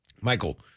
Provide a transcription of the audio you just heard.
Michael